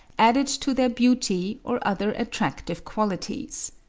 added to their beauty or other attractive qualities.